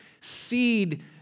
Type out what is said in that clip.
seed